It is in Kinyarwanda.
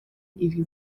iri